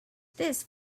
this